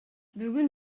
бүгүн